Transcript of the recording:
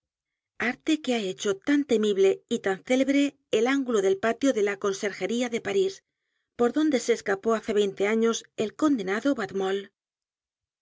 arte que ha hecho tan temible y tan célebre el ángulo del patio de la conserjería de parís por donde se escapó hace veinte años el condenado